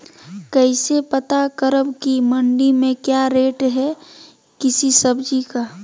कैसे पता करब की मंडी में क्या रेट है किसी सब्जी का?